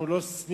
אנחנו לא סניף,